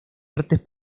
artes